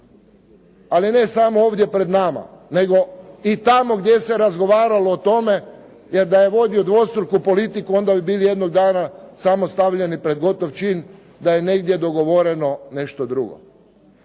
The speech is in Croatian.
Ali ne samo ovdje pred nama, nego i tamo gdje se razgovaralo o tome jer da je vodio dvostruku politiku, onda bi bili jednog dana samo stavljeni pred gotov čin da je negdje dogovoreno nešto drugo.